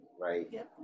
Right